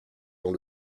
dans